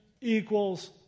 equals